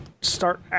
start